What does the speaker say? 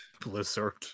Blizzard